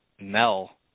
Mel